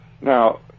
Now